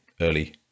early